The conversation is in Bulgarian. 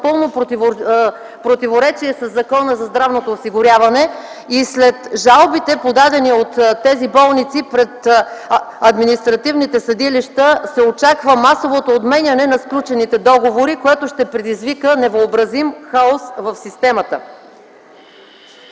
пълно противоречие със Закона за здравното осигуряване и след жалбите, подадени от болниците пред административните съдилища – се очаква масовото отменяне на сключените договори, което ще предизвика невъобразим хаос в системата.